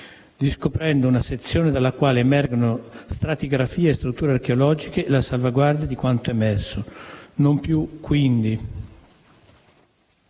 discoprendo una sezione dalla quale emergono stratigrafie e strutture archeologiche, e la salvaguardia di quanto emerso; non più quindi